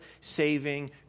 saving